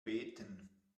beten